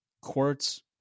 Quartz